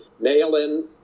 mail-in